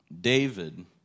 David